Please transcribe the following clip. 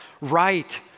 right